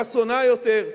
חסונה יותר.